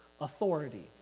authority